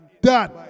done